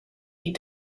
die